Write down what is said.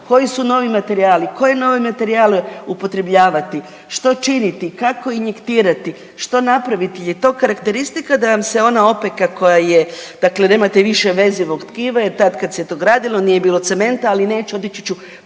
koji su novi materijali, koje nove materijale upotrebljavati, što činiti, kako injektirati, što napraviti je to karakteristika da vam se ona opeka koja je dakle nemate više vezivog tkiva jer tad kad se to gradilo nije bilo cementa, ali neću otići ću